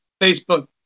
Facebook